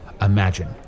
Imagine